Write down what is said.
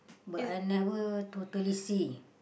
but I never totally see